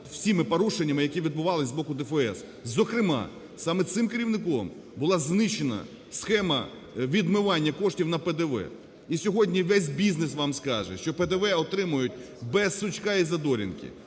всіма порушеннями, які відбувалися з боку ДФС. Зокрема, саме цим керівником була знищена схема відмивання коштів на ПДВ. І сьогодні весь бізнес вам скаже, що ПДВ отримують без сучка і задоринки,